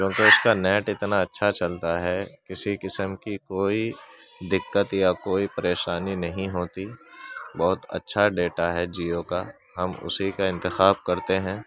کیونکہ اس کا نیٹ اتنا اچھا چلتا ہے کسی قسم کی کوئی دقت یا کوئی پریشانی نہیں ہوتی بہت اچھا ڈیٹا ہے جیو کا ہم اسی کا انتخاب کرتے ہیں